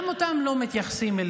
גם אליהם לא מתייחסים,